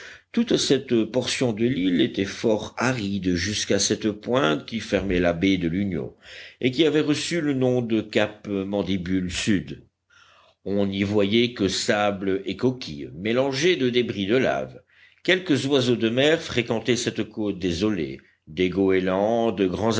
toute cette portion de l'île était fort aride jusqu'à cette pointe qui fermait la baie de l'union et qui avait reçu le nom de cap mandibule sud on n'y voyait que sable et coquilles mélangés de débris de laves quelques oiseaux de mer fréquentaient cette côte désolée des goélands de grands